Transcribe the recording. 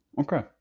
Okay